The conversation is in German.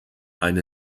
eine